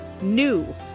NEW